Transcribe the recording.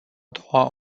doua